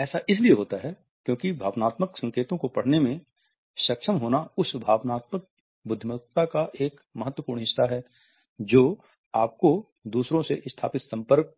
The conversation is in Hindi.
ऐसा इसलिए होता है क्योकि भावनात्मक संकेतों को पढ़ने में सक्षम होना उस भावनात्मक बुद्धिमत्ता का एक महत्वपूर्ण हिस्सा है जो आपको दूसरों से स्थापित